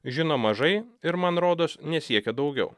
žino mažai ir man rodos nesiekia daugiau